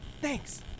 Thanks